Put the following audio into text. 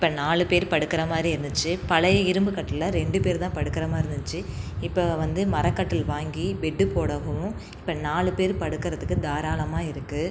இப்போ நாலு பேர் படுக்கிற மாதிரி இருந்துச்சு பழைய இரும்புக் கட்டிலில் ரெண்டு பேரு தான் படுக்கிற மாதிரி இருந்துச்சு இப்போ வந்து மரக்கட்டில் வாங்கி பெட் போடவும் இப்போ நாலு பேர் படுக்கிறதுக்கு தாராளமாக இருக்கு